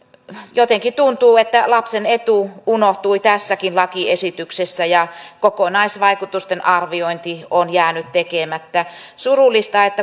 jotenkin tuntuu että lapsen etu unohtui tässäkin lakiesityksessä ja kokonaisvaikutusten arviointi on jäänyt tekemättä surullista